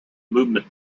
movement